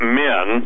men